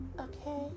okay